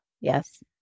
yes